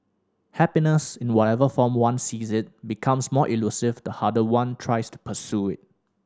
happiness in whatever form one sees it becomes more elusive the harder one tries to pursue it